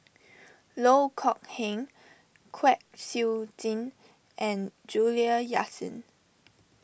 Loh Kok Heng Kwek Siew Jin and Juliana Yasin